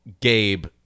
Gabe